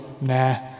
nah